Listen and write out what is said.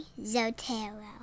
Zotero